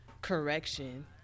correction